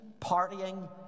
partying